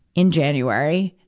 in january,